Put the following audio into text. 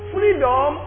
Freedom